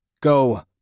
Go